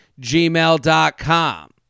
gmail.com